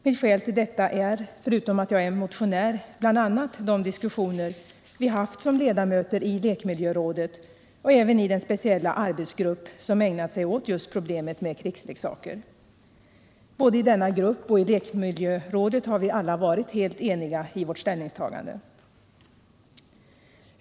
Mitt skäl till detta är, förutom att jag är motionär, bl.a. de diskussioner vi som ledamöter haft i lek miljörådet och även i den speciella arbetsgrupp som ägnat sig åt just problemet med krigsleksaker. Både i denna grupp och i lekmiljörådet har vi alla varit helt eniga i vårt ställningstagande.